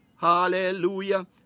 hallelujah